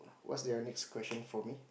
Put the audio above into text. what's the next question for me